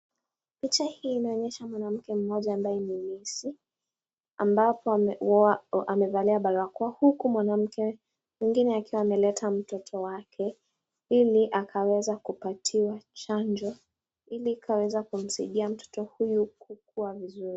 Picha hii inaonyesha mwanamke mmoja ambaye ni nesi, ambapo amevalia barakoa, huku mwanamke mwingine akiwa ameleta mtoto wake ili akaweza kupatiwa chanjo, ili ikaweza kumsaidia mtoto huyu kukua vizuri.